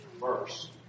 verse